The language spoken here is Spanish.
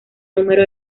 número